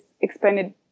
expanded